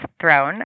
throne